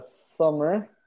summer